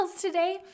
today